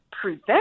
prevent